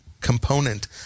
component